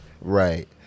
Right